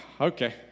okay